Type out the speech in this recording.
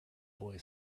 boy